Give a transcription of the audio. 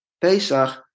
Pesach